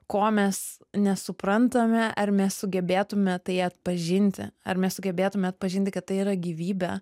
ko mes nesuprantame ar mes sugebėtume tai atpažinti ar mes sugebėtume atpažinti kad tai yra gyvybė